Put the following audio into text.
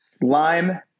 lime